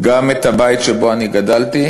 גם את הבית שבו אני גדלתי,